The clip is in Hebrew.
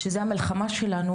שזה המלחמה שלנו,